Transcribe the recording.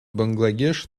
бангладеш